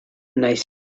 nahiz